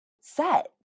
set